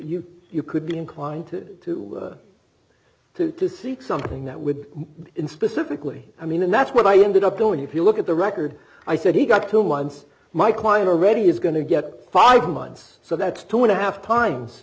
you could be inclined to do to to seek something that would in specifically i mean and that's what i ended up doing if you look at the record i said he got two months my client already is going to get five months so that's two and a half times